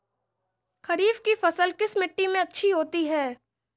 खरीफ की फसल किस मिट्टी में अच्छी होती है?